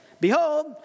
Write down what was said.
behold